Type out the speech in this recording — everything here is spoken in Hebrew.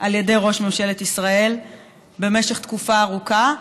על ידי ראש ממשלת ישראל במשך תקופה ארוכה,